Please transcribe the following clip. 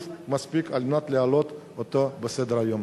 מספיק על מנת להעלות אותו לסדר-היום.